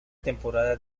temporada